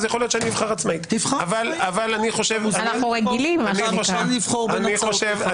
אז אני אסביר למה לא בחירות חשאיות.